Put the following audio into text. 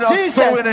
Jesus